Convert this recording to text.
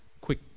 quick